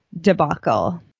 debacle